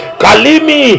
kalimi